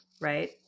right